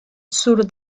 sur